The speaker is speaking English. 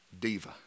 diva